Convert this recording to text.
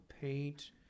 paint